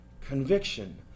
conviction